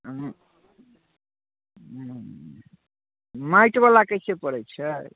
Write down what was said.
हूँ माटि बलाके की पड़ैत छै